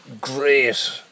great